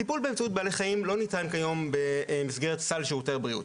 טיפול באמצעות בעלי חיים לא ניתן כיום במסגרת סל שירותי הבריאות,